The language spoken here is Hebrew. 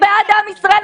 אנחנו בעד עם ישראל.